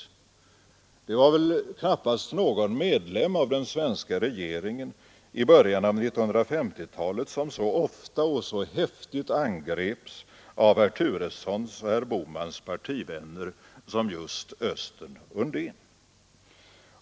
Det var väl knappast någon medlem av den svenska regeringen i början av 1950-talet som så ofta och så häftigt angreps av herr Turessons och herr Bohmans partivänner som just Östen Undén.